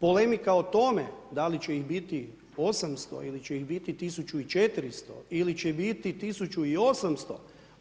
Polemika o tome, da li će ih biti 800 ili će ih biti 1400 ili će ih biti 1800